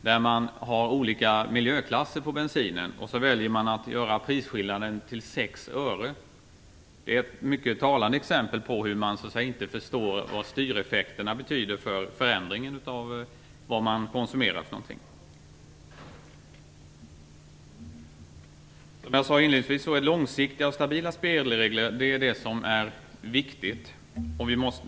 Det finns olika miljöklasser på bensinen, och man valde då att låta prisskillnaden vara 6 öre. Det är ett mycket talande exempel på att man inte förstår vad styreffekterna betyder för förändringen av vad som konsumeras. Som jag sade inledningsvis är långsiktiga och stabila spelregler det som är viktigt.